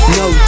no